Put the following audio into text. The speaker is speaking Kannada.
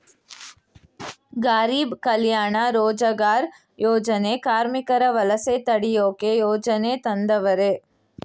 ಗಾರೀಬ್ ಕಲ್ಯಾಣ ರೋಜಗಾರ್ ಯೋಜನೆ ಕಾರ್ಮಿಕರ ವಲಸೆ ತಡಿಯೋಕೆ ಯೋಜನೆ ತಂದವರೆ